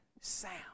sound